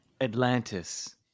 Atlantis